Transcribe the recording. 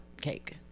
cake